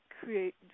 Create